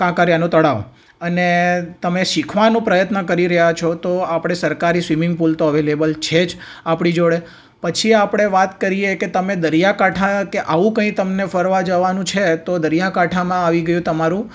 કાંકરિયાનું તળાવ અને તમે શીખવાનો પ્રયત્ન કરી રહ્યા છો તો આપણે સરકારી સ્વિમીંગ પુલ તો અવેલેબલ છે જ આપણી જોડે પછી આપણે વાત કરીએ કે તમે દરિયાકાંઠા કે આવું કંઈ તમને ફરવા જવાનું છે તો દરિયાકાંઠામાં આવી ગયું તમારું